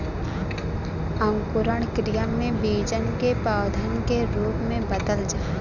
अंकुरण क्रिया में बीजन के पौधन के रूप में बदल जाला